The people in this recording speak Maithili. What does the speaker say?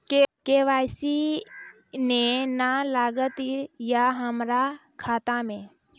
के.वाई.सी ने न लागल या हमरा खाता मैं?